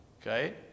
Okay